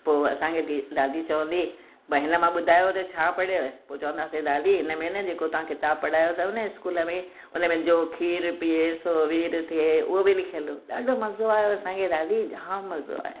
पोइ असांखे दी दादी चवंदी भाई हिन मां ॿुधायो त छा पढ़ियव पोइ चवंदासीं दादी हिनमें न जेको तव्हां किताब पढ़ायव अथव न स्कूल में उनमें जो खीर पीए सो वीर थिए उहे बि लिखियल हो ॾाढो मज़ो आयो असांखे दादी जाम मज़ो आयो